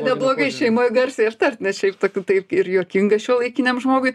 neblogai šeimoj garsiai ištart nes šiaip tokių taip ir juokinga šiuolaikiniam žmogui